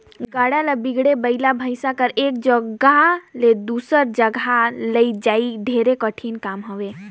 गाड़ा ल बिगर बइला भइसा कर एक जगहा ले दूसर जगहा लइजई ढेरे कठिन काम हवे